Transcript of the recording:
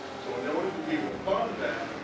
so in order to be able to fund that,